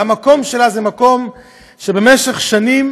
והמקום שלה הוא מקום שבמשך שנים